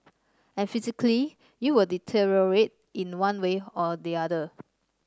and physically you will deteriorate in one way or the other